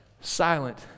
silent